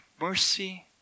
mercy